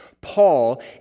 Paul